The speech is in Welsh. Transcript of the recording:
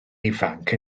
ifanc